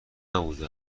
نبوده